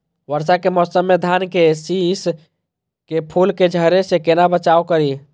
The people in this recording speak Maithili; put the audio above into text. वर्षा के मौसम में धान के शिश के फुल के झड़े से केना बचाव करी?